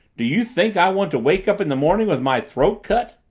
do you think i want to wake up in the morning with my throat cut?